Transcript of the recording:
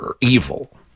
evil